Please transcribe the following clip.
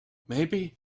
maybe